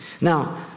Now